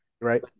right